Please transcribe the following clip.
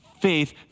faith